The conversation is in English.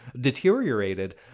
deteriorated